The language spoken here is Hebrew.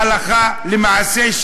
הלכה למעשה,